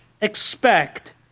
expect